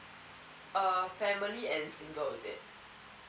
uh family and single is it